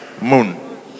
moon